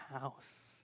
house